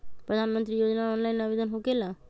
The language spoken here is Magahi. प्रधानमंत्री योजना ऑनलाइन आवेदन होकेला?